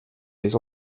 les